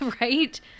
Right